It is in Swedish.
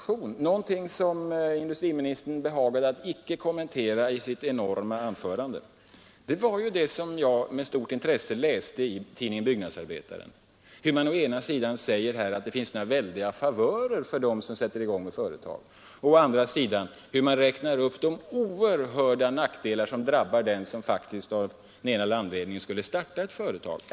Industriministern behagade inte heller i sitt enorma anförande kommentera det som jag med stort intresse hade läst i tidningen Byggnadsarbetaren, där man å ena sidan sade att de som sätter i gång företag får sådana väldiga favörer, men där man å andra sidan räknade upp alla de nackdelar som drabbar den som av någon anledning startar ett företag.